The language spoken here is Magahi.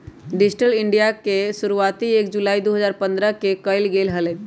डिजिटल इन्डिया के शुरुआती एक जुलाई दु हजार पन्द्रह के कइल गैले हलय